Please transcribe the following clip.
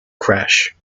crash